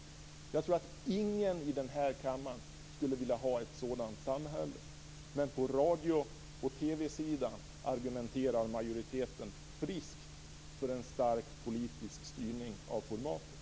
Jag tror inte att någon i den här kammaren skulle vilja ha ett sådant samhälle. Men på radio och TV-sidan argumenterar majoriteten friskt för en stark politisk styrning av formatet.